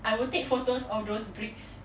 I will take photos of those bricks